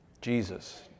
Jesus